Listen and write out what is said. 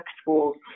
schools